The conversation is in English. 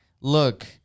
look